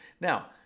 now